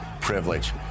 privilege